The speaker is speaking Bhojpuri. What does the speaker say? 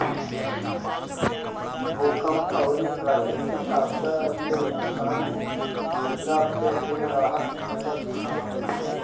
भूकंप अउरी प्राकृति आपदा से नुकसान भइला पे भी राहत मिलत हअ